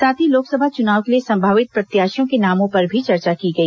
साथ ही लोकसभा चुनाव के लिए संभावित प्रत्याशियों के नामों पर भी चर्चा की गई